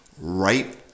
right